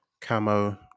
Camo